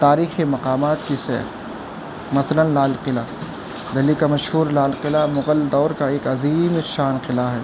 تاریخی مقامات کی سیر مثلاً لال قلعہ دہلی کا مشہور لال قلعہ مغل دور کا ایک عظیم الشان قلعہ ہے